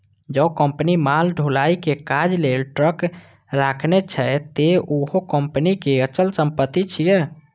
जौं कंपनी माल ढुलाइ के काज लेल ट्रक राखने छै, ते उहो कंपनीक अचल संपत्ति छियै